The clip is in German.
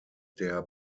der